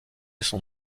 son